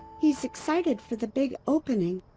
he's excited for the big opening.